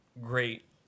great